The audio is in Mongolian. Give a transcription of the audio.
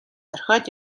орхиод